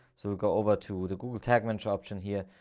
so we'll go over to the google tag match option here,